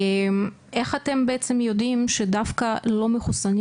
איך אתם בעצם יודעים שדווקא לא מחוסנים